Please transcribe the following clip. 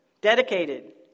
dedicated